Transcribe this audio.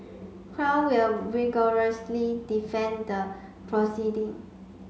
crown will vigorously defend the proceeding